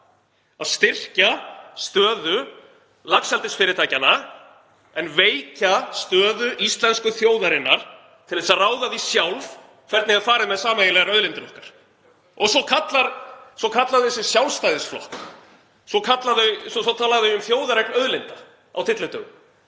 að styrkja stöðu laxeldisfyrirtækjanna en veikja stöðu íslensku þjóðarinnar til að ráða því sjálf hvernig er farið með sameiginlegar auðlindir okkar. Og svo kalla þau sig Sjálfstæðisflokk, svo tala þau um þjóðareign auðlinda á tyllidögum.